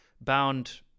bound